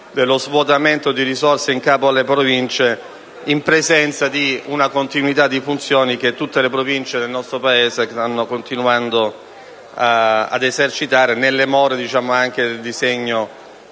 dello svuotamento di risorse in capo alle Province, in presenza di una continuità di funzioni che tutte le Province del nostro Paese stanno continuando ad esercitare, nelle more